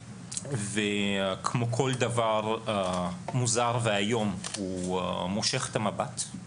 כמו כל דבר מוזר ואיום, הוא מושך את המבט.